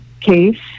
case